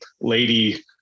lady